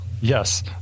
Yes